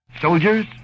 Soldiers